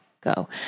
go